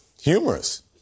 humorous